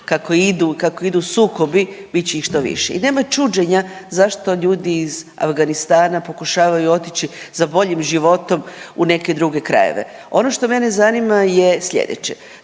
kako idu sukobi bit će ih što više i nema čuđenja zašto ljudi iz Afganistana pokušavaju otići za boljim životom u neke druge krajeve. Ono što mene zanima je slijedeće,